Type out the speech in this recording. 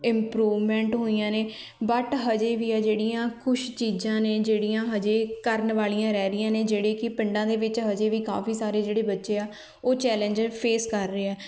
improvement ਹੋਈਆਂ ਨੇ but ਅਜੇ ਵੀ ਆ ਜਿਹੜੀਆਂ ਕੁਛ ਚੀਜ਼ਾਂ ਨੇ ਜਿਹੜੀਆਂ ਅਜੇ ਕਰਨ ਵਾਲੀਆਂ ਰਹਿ ਰਹੀਆਂ ਨੇ ਜਿਹੜੇ ਕਿ ਪਿੰਡਾਂ ਦੇ ਵਿੱਚ ਅਜੇ ਵੀ ਕਾਫੀ ਸਾਰੇ ਜਿਹੜੇ ਬੱਚੇ ਆ ਉਹ ਚੈਲੇਜ ਫੇਸ ਕਰ ਰਹੇ ਆ